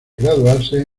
graduarse